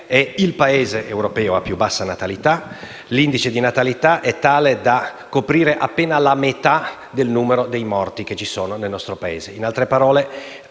è il Paese europeo a più bassa natalità; l'indice di natalità è tale da coprire appena la metà del numero dei morti che ci sono nel nostro Paese.